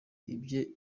ibye